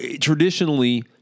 traditionally